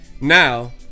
now